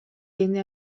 jende